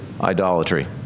idolatry